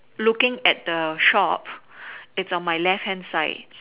looking at the shop its on my left hand side